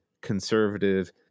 conservative